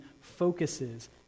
focuses